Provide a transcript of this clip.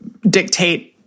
dictate